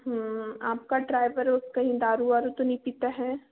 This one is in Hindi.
आपका ड्राइवर कहीं दारू वारू तो नहीं पीता है